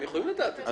הם יכולים לדעת את זה.